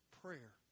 prayer